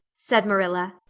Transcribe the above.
said marilla,